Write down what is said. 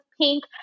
pink